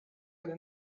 حالا